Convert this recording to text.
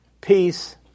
peace